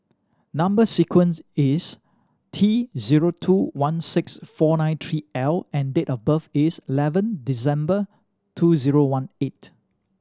number sequence is T zero two one six four nine three L and date of birth is eleven December two zero one eight